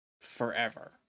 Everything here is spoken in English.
forever